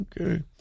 Okay